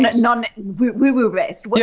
but and and woo-woo based.